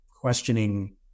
questioning